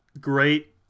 great